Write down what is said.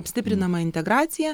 stiprinama integracija